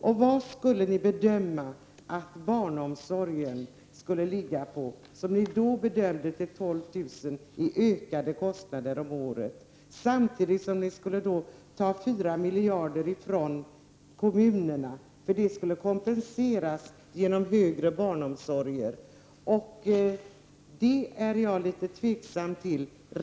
Och vilken kostnadsnivå bedömer ni att barnomsorgen skulle ligga på, den som ni då bedömde skulle ge upphov till 12 000 om året i ökade kostnader? Samtidigt skulle ni ta 4 miljarder från kommunerna, eftersom det skulle kompenseras genom en utökad barnomsorg. Jag är litet tveksam till detta.